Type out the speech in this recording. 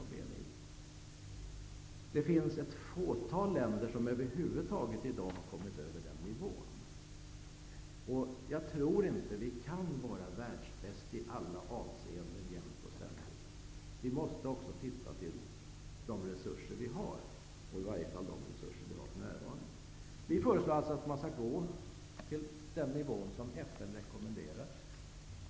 Det finns över huvud taget ett fåtal länder som i dag ligger över den nivån. Jag tror inte att vi kan vara världsbäst i alla avseenden jämt och ständigt. Vi måste också se till de resurser vi har, eller i varje fall till de resurser vi har för närvarande. Vi föreslår alltså att man skall hålla den nivå som FN rekommenderar.